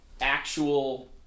actual